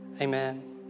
Amen